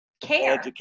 care